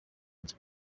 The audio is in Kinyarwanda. nyuma